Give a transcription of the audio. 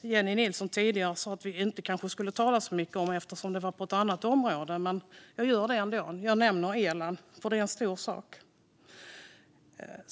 Jennie Nilsson tidigare sa att vi inte skulle tala så mycket om eftersom det rör ett annat område; jag gör det ändå. Jag nämner elen eftersom det är en stor sak.